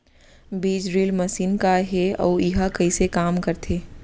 बीज drill machine का हे अऊ एहा कइसे काम करथे?